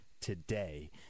Today